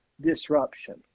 disruption